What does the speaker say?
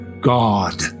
god